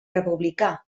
republicà